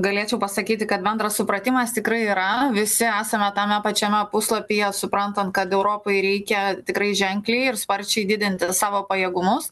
galėčiau pasakyti kad bendras supratimas tikrai yra visi esame tame pačiame puslapyje suprantant kad europai reikia tikrai ženkliai ir sparčiai didinti savo pajėgumus